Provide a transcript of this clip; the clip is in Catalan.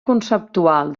conceptual